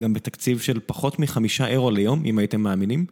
גם בתקציב של פחות מחמישה אירו ליום, אם הייתם מאמינים.